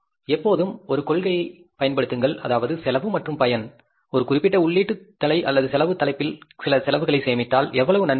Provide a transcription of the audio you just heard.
எப்போதும் ஒரு கொள்கை பயன்படுத்துங்கள் அதாவது செலவு மற்றும் பயன் ஒரு குறிப்பிட்ட உள்ளீட்டுத் தலை அல்லது செலவுத் தலைப்பில் சில செலவுகளைச் சேமித்தால் எவ்வளவு நன்மை கிடைக்கும்